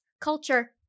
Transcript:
Culture